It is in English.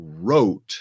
wrote